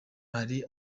hari